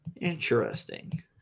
Interesting